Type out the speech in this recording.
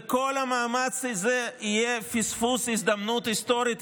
וכל המאמץ הזה יהיה פספוס הזדמנות היסטורית.